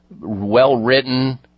well-written